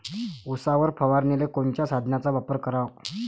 उसावर फवारनीले कोनच्या साधनाचा वापर कराव?